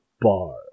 bar